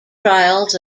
trials